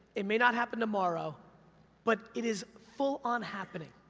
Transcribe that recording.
it may not happen tomorrow but it is full-on happening.